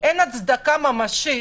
אין הצדקה ממשית,